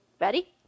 Ready